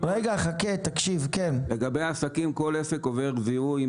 כל עסק עובר זיהוי,